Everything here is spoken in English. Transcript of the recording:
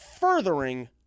furthering